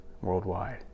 worldwide